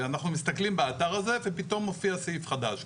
אנחנו מסתכלים באתר הזה ופתאום מופיע סעיף חדש.